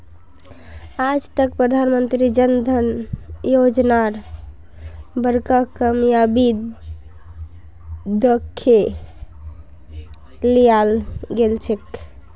आज तक प्रधानमंत्री जन धन योजनार बड़का कामयाबी दखे लियाल गेलछेक